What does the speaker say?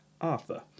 Arthur